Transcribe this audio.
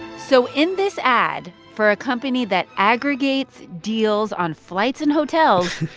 so in this ad for a company that aggregates deals on flights and hotels.